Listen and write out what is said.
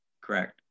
correct